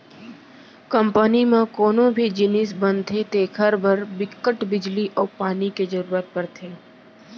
company म कोनो भी जिनिस बनथे तेखर बर बिकट बिजली अउ पानी के जरूरत परथे